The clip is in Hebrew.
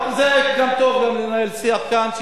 זה גם טוב לנהל גם שיח כאן,